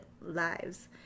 lives